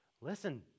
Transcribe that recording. listen